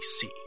see